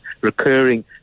recurring